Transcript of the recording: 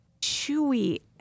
Chewy